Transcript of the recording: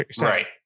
Right